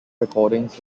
recordings